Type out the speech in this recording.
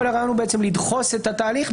כל הרעיון הוא לדחוס את התהליך,